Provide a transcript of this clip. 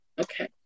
Okay